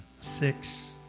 six